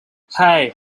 hey